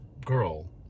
girl